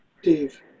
Steve